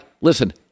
Listen